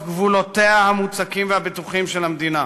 גבולותיה המוצקים והבטוחים של המדינה: